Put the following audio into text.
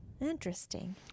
Interesting